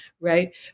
right